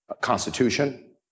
constitution